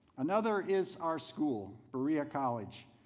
another is our school berea college.